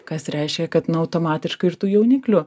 kas reiškia kad nu automatiškai ir tų jauniklių